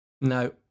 No